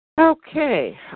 Okay